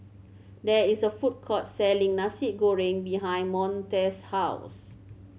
there is a food court selling Nasi Goreng behind Monte's house